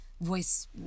voice